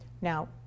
now